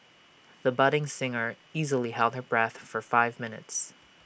the budding singer easily held her breath for five minutes